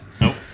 Nope